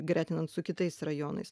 gretinant su kitais rajonais